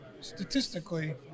Statistically